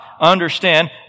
understand